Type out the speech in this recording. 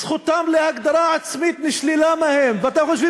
זכותם להגדרה עצמית נשללה מהם ואתם חושבים